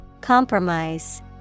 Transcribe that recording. Compromise